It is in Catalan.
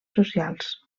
socials